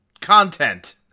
content